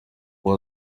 uwo